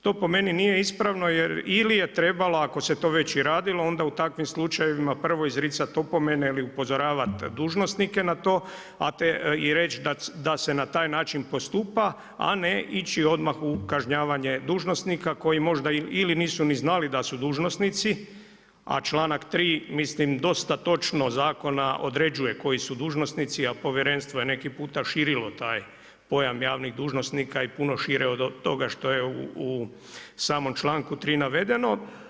To po meni nije ispravno jer ili je trebalo ako se to već i radilo onda u takvim slučajevima prvo izricati opomene ili upozoravati dužnosnike na to i reći da se na taj način postupa a ne ići odmah u kažnjavanje dužnosnika koji možda ili nisu ni znali da su dužnosnici a članak 3. mislim dosta točno zakona određuje koji su dužnosnici a povjerenstvo je neki puta širilo taj pojam javnih dužnosnika i puno šire od toga što je u samom članku 3. navedeno.